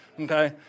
okay